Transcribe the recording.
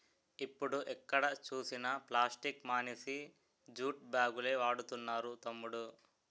ఇప్పుడు ఎక్కడ చూసినా ప్లాస్టిక్ మానేసి జూట్ బాగులే వాడుతున్నారు తమ్ముడూ